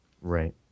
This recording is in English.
Right